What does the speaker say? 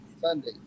Sunday